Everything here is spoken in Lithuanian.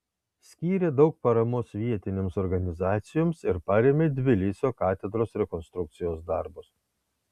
skyrė daug paramos vietinėms organizacijoms ir parėmė tbilisio katedros rekonstrukcijos darbus